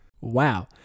Wow